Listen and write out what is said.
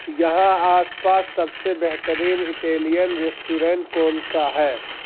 یہاں آس پاس سب سے بہترین اٹیلیئن ریسٹورنٹ کون سا ہے